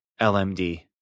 LMD